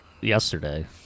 yesterday